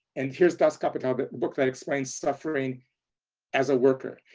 and here's das kapital the book that explains suffering as a worker.